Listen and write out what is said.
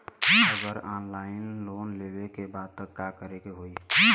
अगर offline loan लेवे के बा त का करे के होयी?